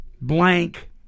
blank